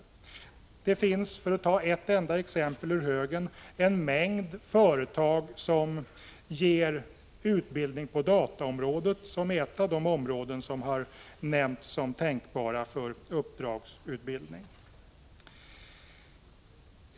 En mängd företag, för att ta ett enda exempel ur högen, ger utbildning på dataområdet, som är ett av de områden som har angetts som tänkbara för uppdragsutbildning.